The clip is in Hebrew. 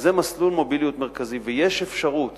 אבל זה מסלול מוביליות מרכזי, יש אפשרות,